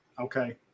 Okay